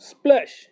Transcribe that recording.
Splash